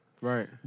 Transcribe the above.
Right